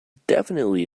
definitively